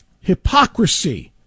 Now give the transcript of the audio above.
Hypocrisy